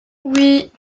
oui